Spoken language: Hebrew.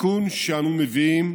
התיקון שאנו מביאים